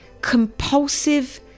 compulsive